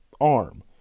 arm